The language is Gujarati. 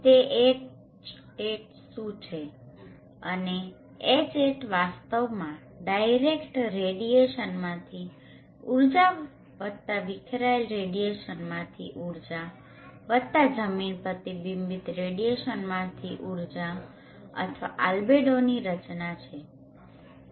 તે Hat શું છે અને Hat વાસ્તવમાં ડાયરેક્ટ રેડીયેશનમાંથી ઊર્જા વત્તા વીખરાયેલ રેડીયેશનમાંથી ઊર્જા વત્તા જમીન પ્રતિબિંબિત રેડીયેશનમાંથી ઊર્જા અથવા આલ્બેડોની રચના છે